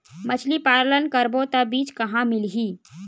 मछरी पालन करबो त बीज कहां मिलही?